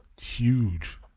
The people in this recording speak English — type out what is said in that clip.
Huge